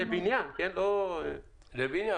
בשל כל למיתקן גז שלא בהתאם לתקן רשמי,